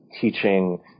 teaching